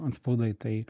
antspaudai tai